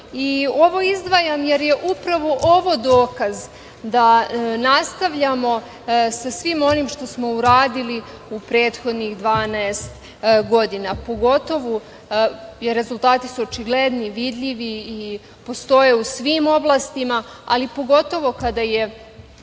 Ovo izdvajam, jer je upravo ovo dokaz da nastavljamo sa svim onim što smo uradili u prethodnih 12 godina, jer rezultati su očigledni vidljivi i postoje u svim oblastima, ali pogotovo kada je